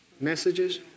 messages